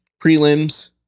prelims